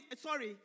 Sorry